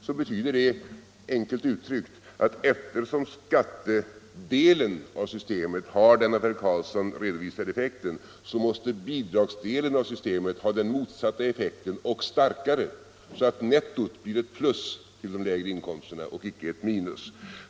Det betyder, enkelt uttryckt, att eftersom skattedelen av systemet har den av herr Karlsson 48 redovisade effekten, måste bidragsdelen av systemet ha den motsatta effekten — och detta starkare, så att nettot blir ett plus till de lägre inkomsterna och inte ett minus.